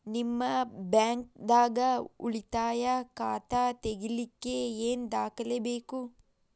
ನಿಮ್ಮ ಬ್ಯಾಂಕ್ ದಾಗ್ ಉಳಿತಾಯ ಖಾತಾ ತೆಗಿಲಿಕ್ಕೆ ಏನ್ ದಾಖಲೆ ಬೇಕು?